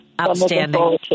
Outstanding